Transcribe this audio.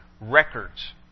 records